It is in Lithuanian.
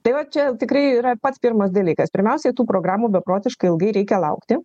tai vat čia tikrai yra pats pirmas dalykas pirmiausiai tų programų beprotiškai ilgai reikia laukti